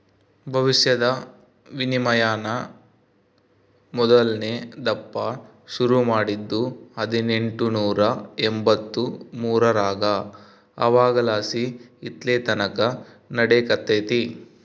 ಭವಿಷ್ಯದ ವಿನಿಮಯಾನ ಮೊದಲ್ನೇ ದಪ್ಪ ಶುರು ಮಾಡಿದ್ದು ಹದಿನೆಂಟುನೂರ ಎಂಬಂತ್ತು ಮೂರರಾಗ ಅವಾಗಲಾಸಿ ಇಲ್ಲೆತಕನ ನಡೆಕತ್ತೆತೆ